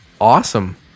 awesome